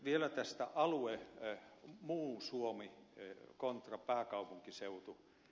vielä tästä alueesta muu suomi contra pääkaupunkiseutu